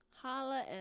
holla